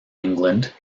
england